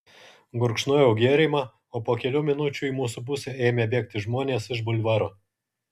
gurkšnojau gėrimą o po kelių minučių į mūsų pusę ėmė bėgti žmonės iš bulvaro